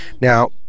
Now